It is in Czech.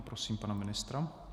Prosím pana ministra.